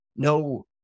No